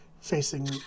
facing